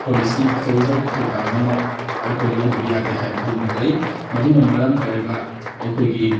policy ꯑꯆꯧꯕ ꯊꯧꯗꯥꯡ ꯑꯃ ꯑꯩꯈꯣꯏ ꯂꯧꯗꯕ ꯌꯥꯗꯦ ꯍꯥꯏꯕꯗꯨꯃꯛ ꯂꯩ ꯃꯗꯨꯅ ꯃꯔꯃ ꯑꯣꯏꯔꯒ ꯑꯩꯈꯣꯏꯒꯤ